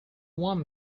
want